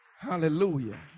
hallelujah